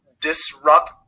disrupt